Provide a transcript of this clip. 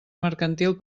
mercantil